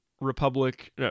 Republic